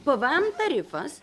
pvm tarifas